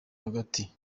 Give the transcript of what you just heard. hagati